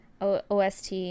OST